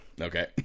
Okay